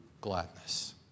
gladness